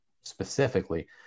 specifically